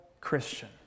Christian